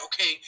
okay